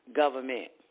government